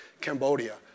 Cambodia